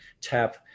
tap